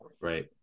Right